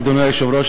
אדוני היושב-ראש,